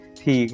thì